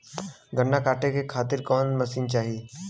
गन्ना कांटेके खातीर कवन मशीन चाही?